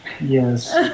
Yes